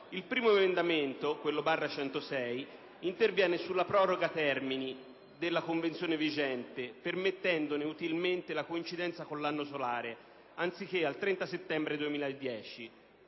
Governo. L'emendamento 19.0.500 (testo 3)/106 interviene sulla proroga dei termini della convenzione vigente, permettendone utilmente la coincidenza con l'anno solare anziché al 30 settembre 2010,